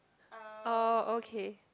oh okay